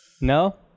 No